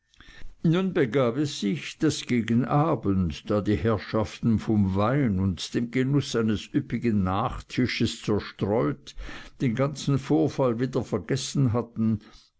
nun begab es sich daß gegen abend da die herrschaften vom wein und dem genuß eines üppigen nachtisches zerstreut den ganzen vorfall wieder vergessen hatten